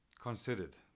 considered